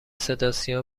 صداسیما